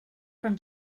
from